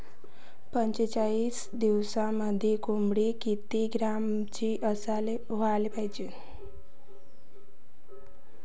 पंचेचाळीस दिवसामंदी कोंबडी किती किलोग्रॅमची व्हायले पाहीजे?